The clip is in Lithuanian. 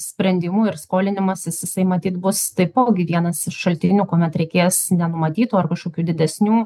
sprendimų ir skolinimasis jisai matyt bus taipogi vienas šaltinių kuomet reikės nenumatytų ar kažkokių didesnių